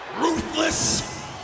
Ruthless